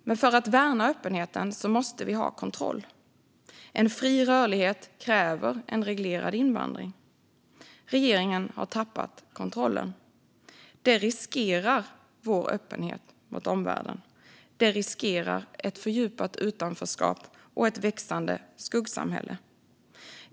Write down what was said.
Men för att värna öppenheten måste vi ha kontroll. En fri rörlighet kräver en reglerad invandring. Regeringen har tappat kontrollen. Det riskerar vår öppenhet mot omvärlden. Det riskerar ett fördjupat utanförskap och ett växande skuggsamhälle.